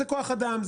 זה כוח אדם,